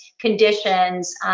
conditions